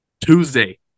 Tuesday